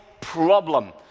problem